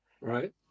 Right